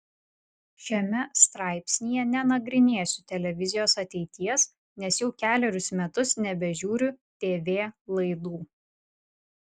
šiame straipsnyje nenagrinėsiu televizijos ateities nes jau kelerius metus nebežiūriu tv laidų